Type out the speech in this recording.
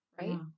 right